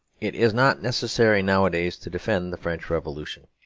it is not necessary nowadays to defend the french revolution,